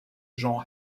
jean